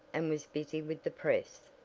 and was busy with the press.